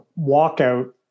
walkout